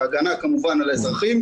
וכמובן הגנה על האזרחים,